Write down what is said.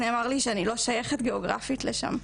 נאמר לי שאני לא שייכת גיאוגרפית לשם.